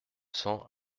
cents